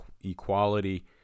equality